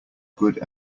good